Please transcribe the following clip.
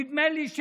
נדמה לי,